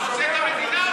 הוא רוצה את המדינה,